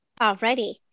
Alrighty